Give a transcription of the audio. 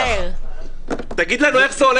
רוצים להגיע